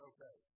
Okay